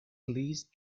please